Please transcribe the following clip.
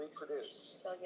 reproduce